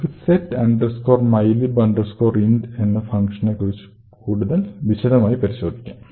നമുക്കു set mylib int എന്ന ഫങ്ഷനെ കുറച്ചുകൂടി വിശദമായി പരിശോധിക്കാം